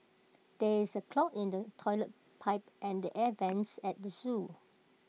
there is A clog in the Toilet Pipe and the air Vents at the Zoo